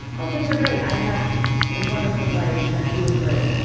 oh things are great. i have a wonderful life, and i'm doing great.